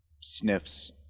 sniffs